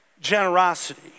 Generosity